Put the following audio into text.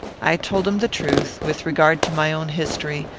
i told him the truth, with regard to my own history,